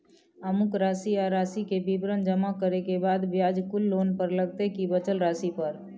अमुक राशि आ राशि के विवरण जमा करै के बाद ब्याज कुल लोन पर लगतै की बचल राशि पर?